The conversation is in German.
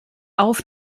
auf